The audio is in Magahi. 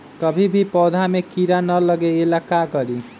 कभी भी पौधा में कीरा न लगे ये ला का करी?